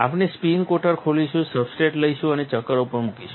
આપણે spin coater ખોલીશું substrate લઈશું અને ચક ઉપર મૂકીશું